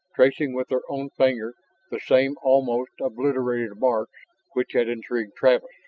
tracing with her own finger the same almost-obliterated marks which had intrigued travis.